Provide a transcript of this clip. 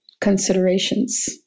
considerations